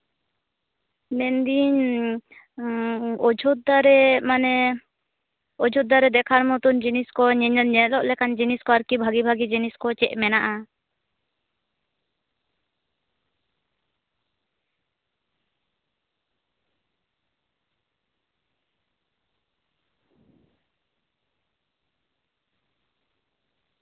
ᱢᱮᱱᱫᱤᱧ ᱚᱡᱳᱫᱽᱫᱷᱟ ᱨᱮ ᱢᱟᱱᱮ ᱚᱡᱳᱫᱽᱫᱷᱟ ᱨᱮ ᱫᱮᱠᱷᱟᱨ ᱢᱚᱛᱚ ᱡᱤᱱᱤᱥ ᱠᱚ ᱧᱮᱧᱮᱞ ᱧᱮᱞᱚᱜ ᱞᱮᱠᱟᱱ ᱡᱤᱱᱤᱥ ᱠᱚ ᱟᱨᱠᱤ ᱵᱷᱟᱜᱮ ᱵᱷᱟᱜᱮ ᱡᱤᱱᱤᱥ ᱠᱚ ᱪᱮᱫ ᱢᱮᱱᱟᱜᱼᱟ